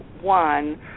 one